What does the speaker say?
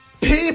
people